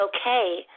okay